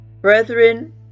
brethren